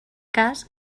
cas